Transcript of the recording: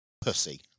Pussy